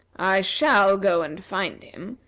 i shall go and find him,